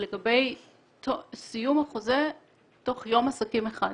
לגבי סיום החוזה תוך יום עסקים אחד.